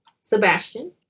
Sebastian